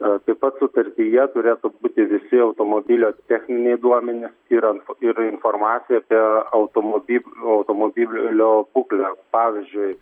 aa taip pat sutartyje turėtų būti visi automobilio techniniai duomenys yra ir informacija apie automobib automobiblio būklę pavyzdžiui